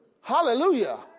Hallelujah